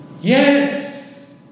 Yes